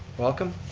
welcome.